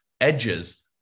edges